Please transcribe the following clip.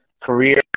career